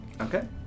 Okay